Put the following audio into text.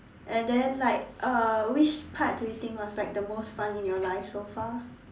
and then like uh which part do you think was like the most fun in your life so far